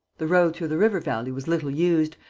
the road through the river-valley was little used,